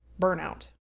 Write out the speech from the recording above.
burnout